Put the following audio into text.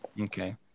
Okay